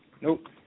Nope